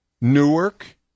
Newark